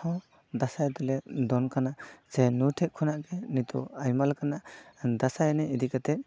ᱦᱚᱸ ᱫᱟᱸᱥᱟᱭ ᱫᱚᱞᱮ ᱫᱚᱱ ᱠᱟᱱᱟ ᱥᱮ ᱱᱩᱭ ᱴᱷᱮᱱ ᱠᱷᱚᱱᱟᱜ ᱜᱮ ᱱᱤᱛᱚᱜ ᱟᱭᱢᱟ ᱞᱮᱠᱟᱱᱟᱜ ᱫᱟᱸᱥᱟᱭ ᱮᱱᱮᱡ ᱤᱫᱤ ᱠᱟᱛᱮᱜ